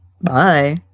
Bye